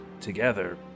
Together